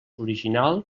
original